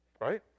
right